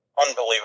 unbelievable